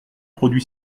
produit